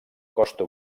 costa